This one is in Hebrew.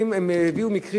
הם לא אמרו על מה הם נשפטו,